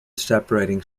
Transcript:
separating